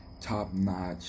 top-notch